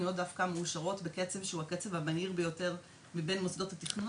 התוכניות דווקא מאושרות בקצב שהוא הקצב המהיר ביותר מבין מוסדות התכנון.